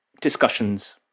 discussions